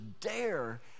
dare